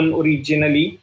originally